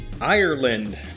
Ireland